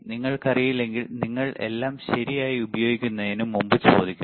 നിങ്ങൾക്കറിയില്ലെങ്കിൽ നിങ്ങൾ എല്ലാം ശരിയായി ഉപയോഗിക്കുന്നതിന് മുമ്പ് ചോദിക്കുന്നു